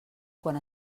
quan